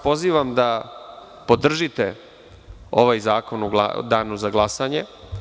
Pozivam vas da podržite ovaj zakon u danu za glasanje.